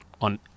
on